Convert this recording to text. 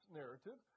narrative